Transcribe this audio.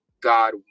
God